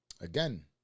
again